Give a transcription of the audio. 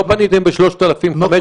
לא פניתם ב-3,500,